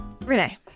Renee